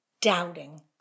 doubting